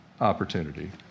opportunity